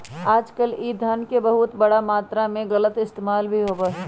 आजकल ई धन के बहुत बड़ा मात्रा में गलत इस्तेमाल भी होबा हई